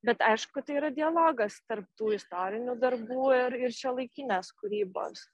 bet aišku tai yra dialogas tarp tų istorinių darbų ir ir šiuolaikinės kūrybos